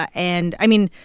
ah and, i mean,